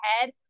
head